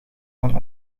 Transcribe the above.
van